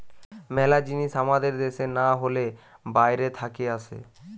মেলা জিনিস আমাদের দ্যাশে না হলে বাইরে থাকে আসে